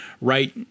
right